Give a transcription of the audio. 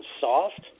soft